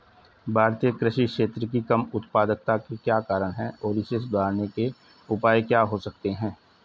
भारतीय कृषि क्षेत्र की कम उत्पादकता के क्या कारण हैं और इसे सुधारने के उपाय क्या हो सकते हैं?